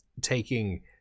taking